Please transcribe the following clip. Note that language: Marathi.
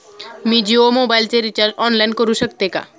मी जियो मोबाइलचे रिचार्ज ऑनलाइन करू शकते का?